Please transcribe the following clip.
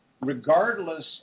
regardless